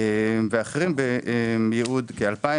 וכ-2,000